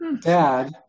Dad